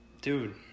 ...dude